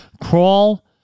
Crawl